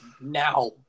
Now